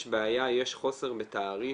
יש בעיה, יש חוסר בתעריף,